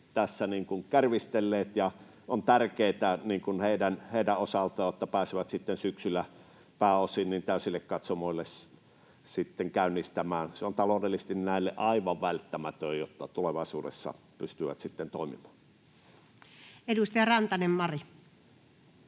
tässä kärvistelleet, ja on tärkeätä heidän osaltaan, että he pääsevät sitten syksyllä pääosin täysille katsomoille käynnistämään. Se on taloudellisesti näille aivan välttämätöntä, jotta he sitten tulevaisuudessa pystyvät toimimaan. Edustaja Rantanen, Mari.